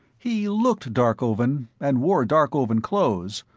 he looked darkovan, and wore darkovan clothes,